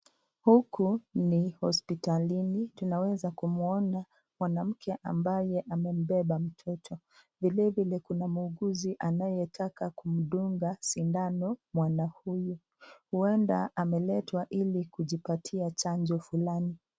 Huku ni hospitalini taweza kumwona mwanamke ambaye amempepa mtoto vile vile kuna muuguzi anayetaka kumtunga sindano mwanaume uenda ameletwa hili kujipatia chanjo fulani.